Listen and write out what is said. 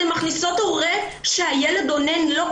אתן מכניסות הורה שהילד אונן לו?